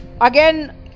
again